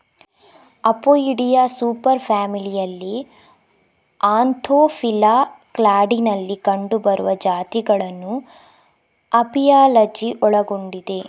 Apoidea super ಫ್ಯಾಮಿಲಿಯಲ್ಲಿ Anthophila ಕ್ಲಾಡಿನಲ್ಲಿ ಕಂಡುಬರುವ ಜಾತಿಗಳನ್ನು ಅಪಿಯಾಲಜಿ ಒಳಗೊಂಡಿದೆ